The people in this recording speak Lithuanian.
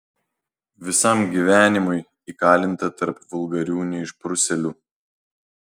visam gyvenimui įkalinta tarp vulgarių neišprusėlių